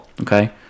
okay